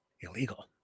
illegal